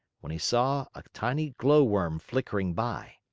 when he saw a tiny glowworm flickering by.